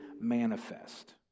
manifest